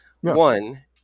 One